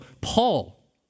Paul